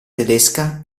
tedesca